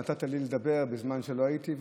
נתת לי לדבר בזמן שלא הייתי,